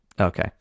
Okay